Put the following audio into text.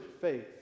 faith